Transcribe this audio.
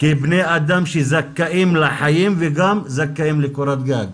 כאל בני אדם שזכאים לחיים וגם זכאים לקורת גג.